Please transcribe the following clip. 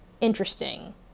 interesting